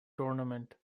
tournament